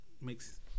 makes